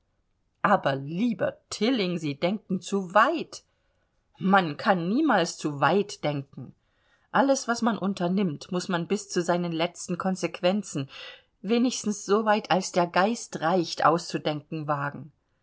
aber lieber tilling sie denken zu weit man kann niemals zu weit denken alles was man unternimmt muß man bis zu seinen letzten konsequenzen wenigstens soweit als der geist reicht auszudenken wagen